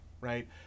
right